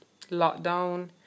lockdown